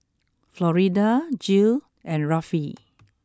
Florida Jill and Rafe